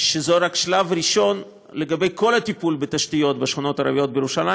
שזה רק שלב ראשון לכל הטיפול בתשתיות בשכונות הערביות בירושלים.